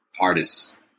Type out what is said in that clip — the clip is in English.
artists